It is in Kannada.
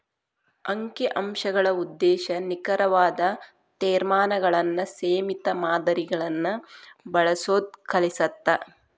ಅಂಕಿ ಅಂಶಗಳ ಉದ್ದೇಶ ನಿಖರವಾದ ತೇರ್ಮಾನಗಳನ್ನ ಸೇಮಿತ ಮಾದರಿಗಳನ್ನ ಬಳಸೋದ್ ಕಲಿಸತ್ತ